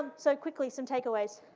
um so quickly, some takeaways.